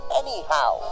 anyhow